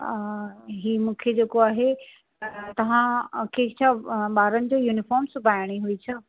हा ही मूंखे जेको आहे त तव्हांखे छा ॿारनि जो यूनिफ़ॉम सिबाइणी हुई छा